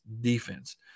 defense